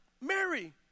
Mary